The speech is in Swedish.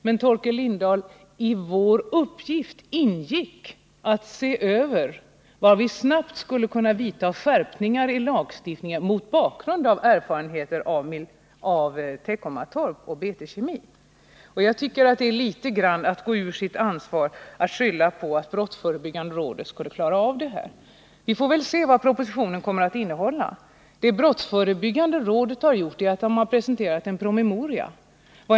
Men, Torkel Lindahl, i vår uppgift ingick att se över var vi snabbt skulle kunna gör skärpningar av lagstiftningen, mot bakgrund av erfarenheter från Teckomatorp och BT-Kemi. Det är litet grand att gå ur sitt ansvar att hänvisa till att brottsförebyggande rådet skulle klara av detta. Vi får väl se vad propositionen kommer att innehålla. Brottsförebyggande rådet har presenterat en promemoria.